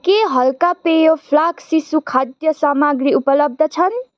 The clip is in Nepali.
के हलका पेय फ्लास्क शिशुखाद्य सामग्री उपलब्ध छन्